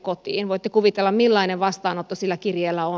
voitte kuvitella millainen vastaanotto sillä kirjeellä on